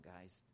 guys